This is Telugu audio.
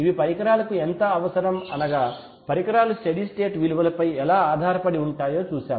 ఇవి పరికరాలకు ఎంత అవసరం అనగా పరికరాలు స్టడీ స్టేట్ విలువలపై ఎలా ఆధారపడి ఉంటాయో చూశాం